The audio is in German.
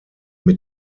mit